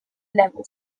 level